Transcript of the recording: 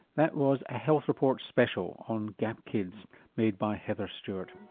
that was a health report special on gap kids made by heather stewart.